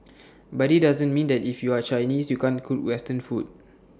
but IT doesn't mean that if you are Chinese you can't cook western food